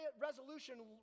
resolution